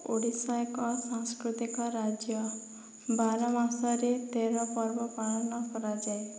ଓଡ଼ିଶା ଏକ ସାଂସ୍କୃତିକ ରାଜ୍ୟ ବାରମାସରେ ତେର ପର୍ବ ପାଳନ କରାଯାଏ